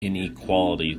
inequality